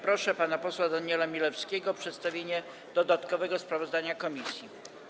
Proszę pana posła Daniela Milewskiego o przedstawienie dodatkowego sprawozdania komisji.